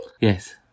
Yes